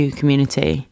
community